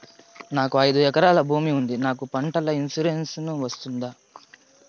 నాకు ఐదు ఎకరాల భూమి ఉంది నాకు పంటల ఇన్సూరెన్సుకు వస్తుందా?